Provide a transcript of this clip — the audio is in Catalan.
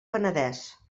penedès